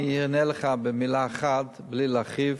אני אענה לך במלה אחת, בלי להרחיב.